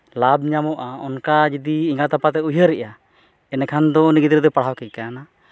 ᱞᱟᱵᱷ ᱧᱟᱢᱚᱜᱼᱟ ᱚᱱᱠᱟ ᱡᱩᱫᱤ ᱮᱸᱜᱟᱛ ᱟᱯᱟᱛᱮ ᱩᱭᱦᱟᱹᱨᱮᱜᱼᱟ ᱮᱸᱰᱮᱠᱷᱟᱱ ᱫᱚ ᱩᱱᱤ ᱜᱤᱫᱽᱨᱟᱹ ᱯᱟᱲᱦᱟᱣ ᱠᱮᱭᱜᱮᱭᱟ ᱱᱟᱜᱷ